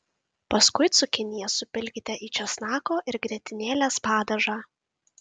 paskui cukinijas supilkite į česnako ir grietinėlės padažą